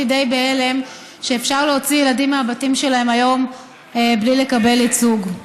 בהלם שאפשר להוציא ילדים מהבתים שלהם היום בלי לקבל ייצוג.